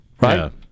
right